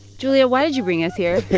julia, why did you bring us here?